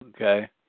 okay